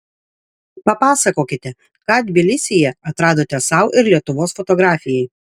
papasakokite ką tbilisyje atradote sau ir lietuvos fotografijai